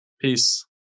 Peace